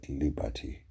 liberty